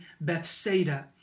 Bethsaida